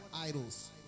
idols